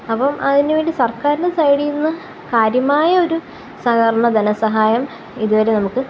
അപ്പം അതിനുവേണ്ടി സര്ക്കാരിന്റെ സൈഡിൽ നിന്ന് കാര്യമായ ഒരു സഹകരണം ധനസഹായം ഇതുവരെ നമുക്ക്